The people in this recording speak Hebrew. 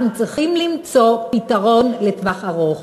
אנחנו צריכים למצוא פתרון לטווח ארוך,